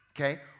okay